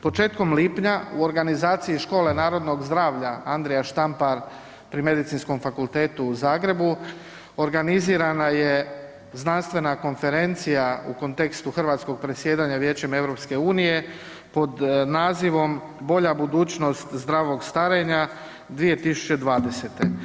Početkom lipnja u organizaciji Škole narodnog zdravlja Andrija Štampar pri Medicinskom fakultetu u Zagrebu organizirana je znanstvena konferencija u kontekstu hrvatskog predsjedanja Vijećem EU pod nazivom Bolja budućnost zdravog starenja 2020.